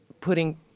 putting